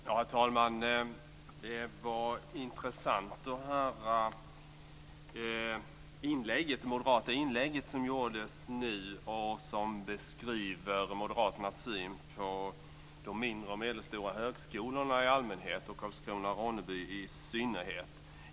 Herr talman! Det var intressant att höra det moderata inlägg som gjordes nu och som beskrev moderaternas syn på de mindre och medelstora högskolorna i allmänhet och Karlskrona/Ronneby i synnerhet.